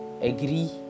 agree